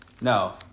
No